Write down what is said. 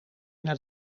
naar